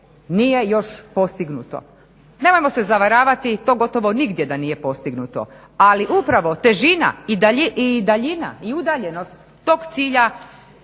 nije još postignuto. Nemojmo se zavaravati to gotovo nigdje da nije postignuto, ali upravo težina i daljina i udaljenost tog cilja